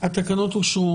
הצבעה בעד,